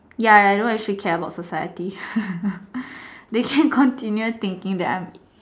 ya I don't actually care about society they can continue thinking that I'm